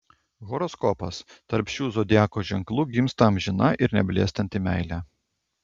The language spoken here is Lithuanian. horoskopas tarp šių zodiako ženklų gimsta amžina ir neblėstanti meilė